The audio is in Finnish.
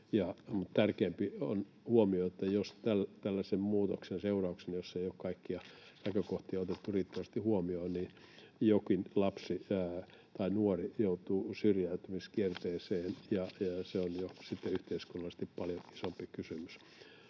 Tärkeämpi on huomio, että jos tällaisen muutoksen seurauksena, jossa ei ole kaikkia näkökohtia otettu riittävästi huomioon, joku lapsi tai nuori joutuu syrjäytymiskierteeseen, niin se on sitten jo yhteiskunnallisesti paljon isompi kysymys.